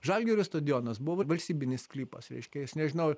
žalgirio stadionas buvo valstybinis sklypas reiškia jis nežinau